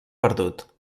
perdut